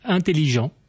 Intelligent